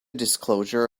disclosure